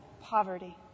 poverty